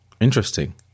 Interesting